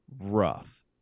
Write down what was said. rough